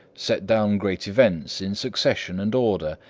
set down great events in succession and order,